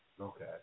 okay